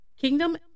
Kingdom